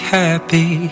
happy